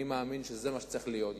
אני מאמין שזה מה שצריך להיות.